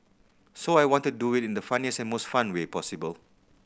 so I wanted do it in the funniest and most fun way possible